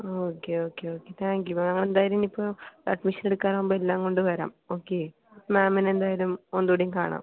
ആ okay okay okay thank you ma'am എന്തായാലും ഇനി ഇപ്പോൾ അഡ്മിഷൻ എടുക്കാറാകുമ്പോൾ എല്ലാം കൊണ്ട് വരാം ഓക്കെ മാമിനെ എന്തായാലും ഒന്നൂടി കാണാം